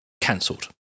Cancelled